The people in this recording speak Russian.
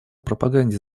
пропаганде